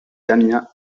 damien